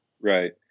Right